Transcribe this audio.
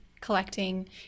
collecting